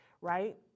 right